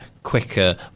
quicker